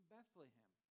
Bethlehem